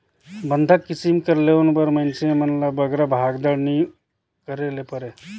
बंधक किसिम कर लोन बर मइनसे मन ल बगरा भागदउड़ नी करे ले परे